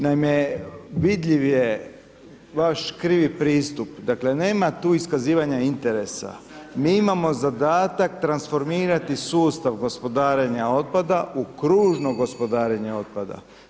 Naime, vidljiv je vaš krivi pristup, dakle nema tu iskazivanja interesa, mi imamo zadatak transformirati sustav gospodarenja otpada u kružno gospodarenje otpadom.